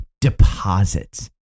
deposits